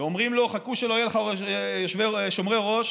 אומרים: חכה שלא יהיו לך שומרי ראש.